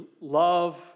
love